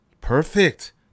Perfect